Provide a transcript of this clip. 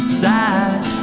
sad